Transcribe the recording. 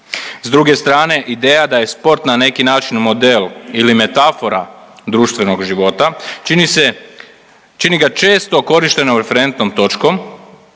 s druge strane ideja da je sport na neki način model ili metafora društvenog života čini se, čini ga često korišteno referentnom točkom